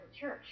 church